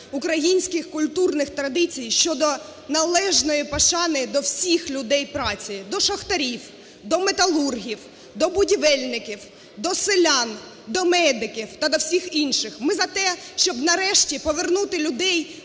українських культурних традицій щодо належної пошани до всіх людей праці: до шахтарів, до металургів, до будівельників, до селян, до медиків та до всіх інших. Ми за те, щоб нарешті повернути людей